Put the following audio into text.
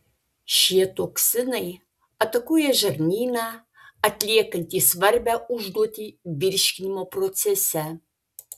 šie toksinai atakuoja žarnyną atliekantį svarbią užduotį virškinimo procese